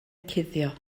cuddio